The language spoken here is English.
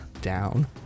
down